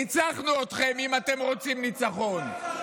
ניצחנו אתכם אם אתם רוצים ניצחון.